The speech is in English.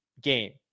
game